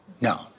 No